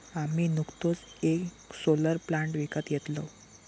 आम्ही नुकतोच येक सोलर प्लांट विकत घेतलव